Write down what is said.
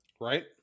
Right